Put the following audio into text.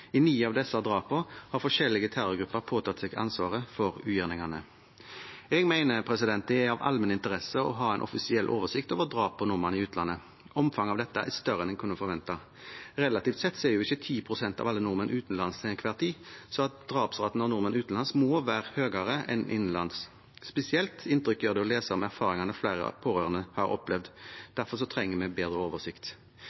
I ni av disse drapene har forskjellige terrorgrupper påtatt seg ansvaret for ugjerningene. Jeg mener det er av allmenn interesse å ha en offisiell oversikt over drap på nordmenn i utlandet. Omfanget av dette er større enn en kunne forvente. Relativt sett er jo ikke 10 pst. av alle nordmenn utenlands til enhver tid, så drapsraten for nordmenn utenlands må være høyere enn innenlands. Spesielt inntrykk gjør det å lese om erfaringene flere pårørende har opplevd.